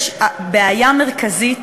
יש בעיה מרכזית